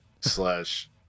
slash